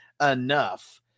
enough